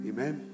Amen